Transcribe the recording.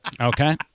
Okay